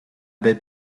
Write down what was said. baie